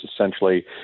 essentially